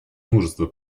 мужество